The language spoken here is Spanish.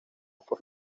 por